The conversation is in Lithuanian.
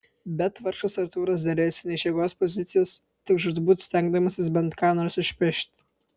bet vargšas artūras derėjosi ne iš jėgos pozicijos tik žūtbūt stengdamasis bent ką nors išpešti